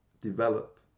develop